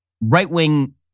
right-wing